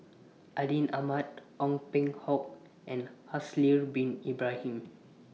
Atin Amat Ong Peng Hock and Haslir Bin Ibrahim